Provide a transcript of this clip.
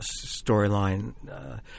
storyline